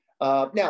Now